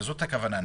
לזאת הכוונה?